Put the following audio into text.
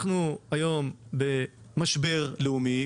אנחנו היום במשבר לאומי,